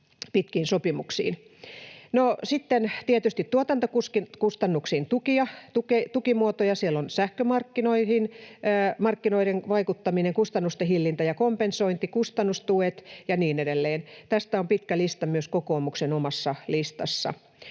pitkiin sopimuksiin. Sitten tietysti tuotantokustannuksiin tukia, tukimuotoja. Siellä on sähkömarkkinoihin vaikuttaminen, kustannusten hillintä ja kompensointi, kustannustuet ja niin edelleen. Tästä on pitkä lista myös kokoomuksen omassa listassa.